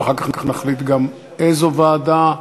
ואחר כך נחליט איזו ועדה.